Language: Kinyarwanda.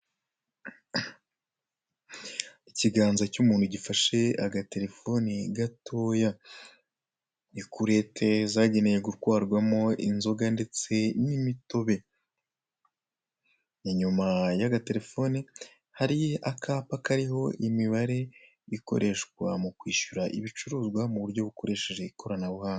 Ikiganza cy'umuntu gifashe agaterefone gatoya, ikurete zagenewe gutwarwamo inzoga ndetse n'imitobe. Inyuma y'agaterefone hari akapa kariho imibare ikoreshwa mu kwishyura ibicuruzwa mu buryo bukoresheje ikoranabuhanga.